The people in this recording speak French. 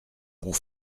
pour